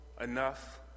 enough